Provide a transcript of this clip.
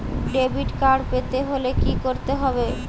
Debit card পেতে হলে কি করতে হবে?